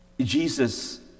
Jesus